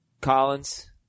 Collins